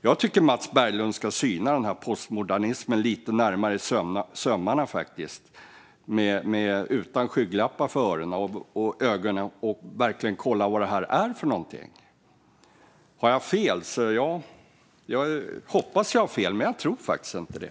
Jag tycker att Mats Berglund ska syna postmodernismen lite närmare i sömmarna utan skygglappar för öronen och ögonen och verkligen kolla vad det här är för någonting. Har jag fel? Jag hoppas att jag har fel, men jag tror faktiskt inte det.